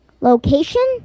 location